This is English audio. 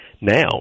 now